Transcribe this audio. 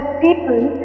people